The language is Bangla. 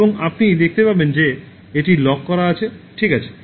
এবং আপনি দেখতে পাবেন যে এটি লক করা আছে ঠিক আছে